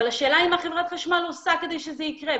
אבל השאלה היא מה חברת חשמל עושה כדי שזה יקרה.